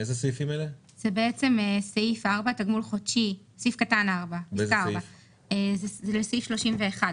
סעיף קטן (4) בסעיף 31,